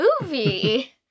movie